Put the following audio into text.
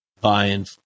buying